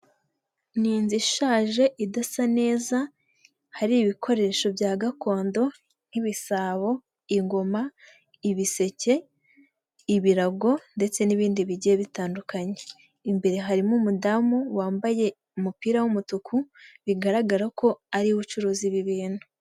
Ni inzu ishaje idasa neza hari ibikoresho bya gakondo nk'ibisabo, ingoma, ibiseke, ibirago ndetse n'ibindi bige bitandukanye, imbere harimo umudamu wambaye umupira w'umutuku bigaragara ko ariwe ucuruzi bibintu.